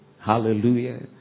Hallelujah